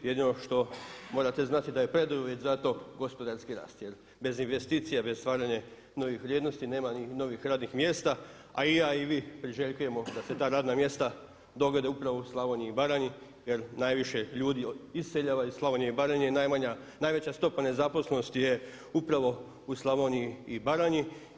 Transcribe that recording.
Jedino što morate znati da je preduvjet za to gospodarski rast jer bez investicija i bez stvaranja novih vrijednosti nema ni novih radnih mjesta, a i ja i vi priželjkujemo da se ta radna mjesta dogode upravo u Slavoniji i Baranji jer najviše ljudi iseljava iz Slavonije i Baranje i najveća stopa nezaposlenosti je upravo u Slavoniji i Baranji.